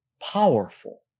powerful